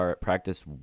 practice